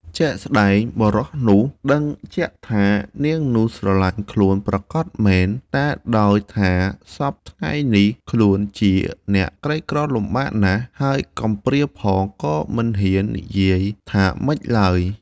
ជាក់ស្ដែងបុរសនោះដឹងជាក់ថានាងនោះស្រឡាញ់ខ្លួនប្រាកដតែដោយថាសព្វថ្ងៃនេះខ្លួនជាអ្នកក្រីក្រលំបាកណាស់ហើយកំព្រាផងក៏មិនហ៊ាននិយាយថាម្ដេចឡើយ។